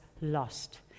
lost